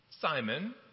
Simon